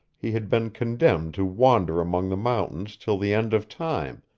he had been condemned to wander among the mountains till the end of time,